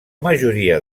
majoria